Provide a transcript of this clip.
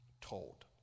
told